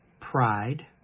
pride